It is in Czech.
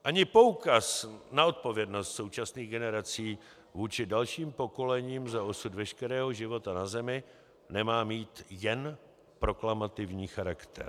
Ani poukaz na odpovědnost současných generací vůči dalším pokolením za osud veškerého života na Zemi nemá mít jen proklamativní charakter.